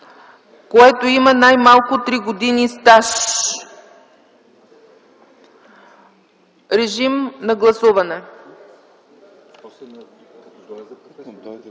„което има най-малко три години стаж”. Режим на гласуване.